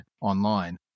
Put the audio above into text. online